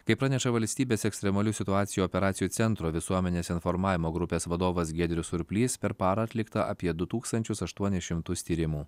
kaip praneša valstybės ekstremalių situacijų operacijų centro visuomenės informavimo grupės vadovas giedrius surplys per parą atlikta apie du tūkstančius aštuonis šimtus tyrimų